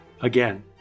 Again